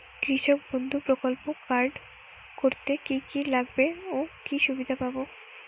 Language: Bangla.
কৃষক বন্ধু প্রকল্প কার্ড করতে কি কি লাগবে ও কি সুবিধা পাব?